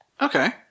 Okay